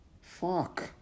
Fuck